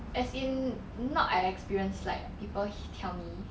as in not I experienced like people tell me